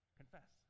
confess